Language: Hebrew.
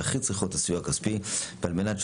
שהכי צריכות את הסיוע הכספי על מנת,